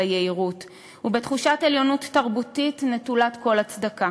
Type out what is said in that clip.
ביהירות ובתחושת עליונות תרבותית נטולת כל הצדקה.